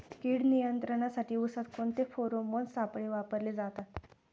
कीड नियंत्रणासाठी उसात कोणते फेरोमोन सापळे वापरले जातात?